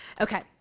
Okay